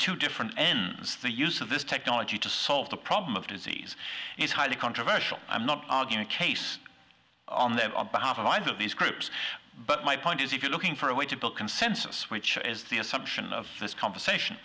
two different ends the use of this technology to solve the problem of disease is highly controversial i'm not arguing a case on their behalf of lines of these groups but my point is if you're looking for a way to build consensus which is the assumption of this conversation